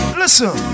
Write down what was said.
listen